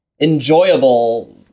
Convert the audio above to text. enjoyable